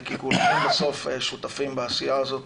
כי כולכם בסוף שותפים בעשייה הזאת.